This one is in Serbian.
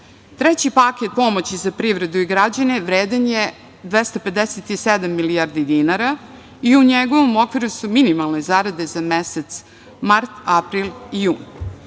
paket pomoći za privredu i građane vredan je 257 milijardi dinara i u njegovom okviru su minimalne zarade za mesec mart, april i jun.